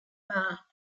par